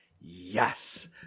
yes